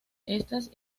estas